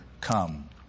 come